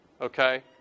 Okay